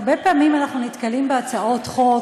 הרבה פעמים אנחנו נתקלים בהצעות חוק